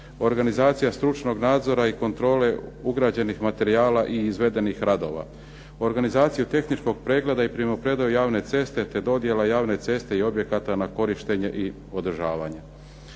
organizacija stručnog nadzora i kontrole ugrađenih materijala i izvedenih radova, organizaciju tehničkog pregleda i primopredaju javne ceste, te dodjele javne ceste i objekata na korištenje i održavanje.